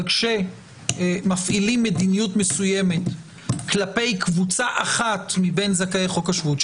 אבל כשמפעילים מדיניות מסוימת כלפי קבוצה אחת מבין זכאי חוק השבות,